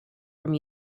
from